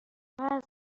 وزن